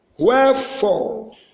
Wherefore